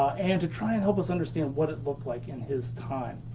and to try and help us understand what it looked like in his time.